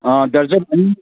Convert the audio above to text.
dozen ꯑꯅꯤ